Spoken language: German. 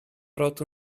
brot